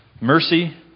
mercy